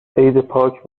عیدپاک